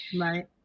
Right